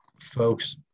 folks